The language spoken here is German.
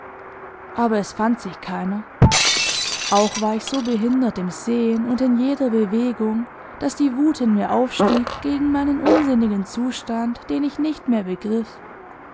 aber es fand sich keiner auch war ich so behindert im sehen und in jeder bewegung daß die wut in mir aufstieg gegen meinen unsinnigen zustand den ich nicht mehr begriff